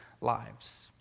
lives